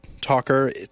Talker